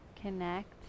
connect